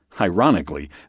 Ironically